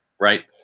right